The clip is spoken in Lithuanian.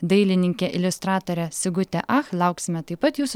dailininkė iliustratorė sigutė ach lauksime taip pat jūsų